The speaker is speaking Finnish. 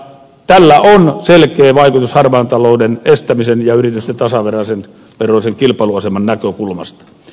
tällä on selkeä vaikutus harmaan talouden estämisen ja yritysten tasaveroisen kilpailuaseman näkökulmasta